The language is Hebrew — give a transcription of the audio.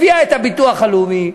הביאה את הביטוח הלאומי,